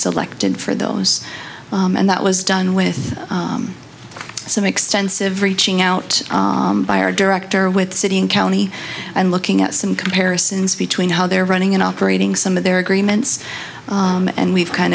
selected for those and that was done with some extensive reaching out by our director with city and county and looking at some comparisons between how they're running and operating some of their agreements and we've kind